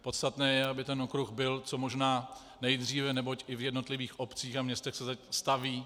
Podstatné je, aby okruh byl co možná nejdříve, neboť i v jednotlivých obcích a městech se staví.